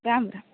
Ram Ram